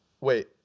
Wait